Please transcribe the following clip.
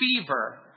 fever